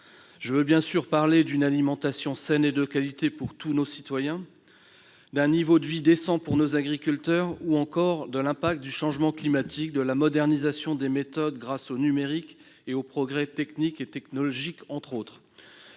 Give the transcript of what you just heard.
Je veux bien sûr parler d'une alimentation saine et de qualité pour tous nos concitoyens, d'un niveau de vie décent pour nos agriculteurs, mais aussi, entre autres, de l'impact du changement climatique, de la modernisation des méthodes grâce au numérique ou encore des progrès techniques et technologiques. Cela me